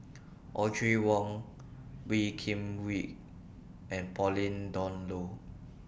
Audrey Wong Wee Kim Wee and Pauline Dawn Loh